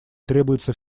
требуется